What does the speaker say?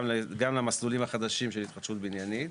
למסלולים החדשים של התחדשות בניינית.